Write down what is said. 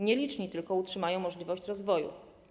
Nieliczni tylko utrzymają możliwość rozwoju.